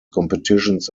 competitions